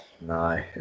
No